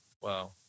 Wow